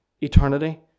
eternity